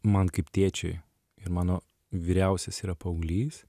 man kaip tėčiui ir mano vyriausias yra paauglys